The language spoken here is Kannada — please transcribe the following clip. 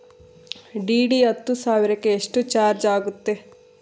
ಡಿ.ಡಿ ಹತ್ತು ಸಾವಿರಕ್ಕೆ ಎಷ್ಟು ಚಾಜ್೯ ಆಗತ್ತೆ?